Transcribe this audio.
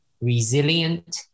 resilient